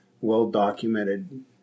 well-documented